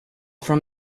from